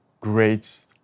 great